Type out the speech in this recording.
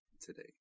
today